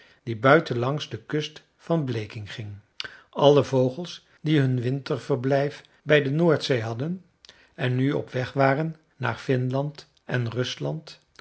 die buiten langs de kust van bleking ging alle vogels die hun winterverblijf bij de noordzee hadden en nu op weg waren naar finland en rusland